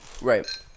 Right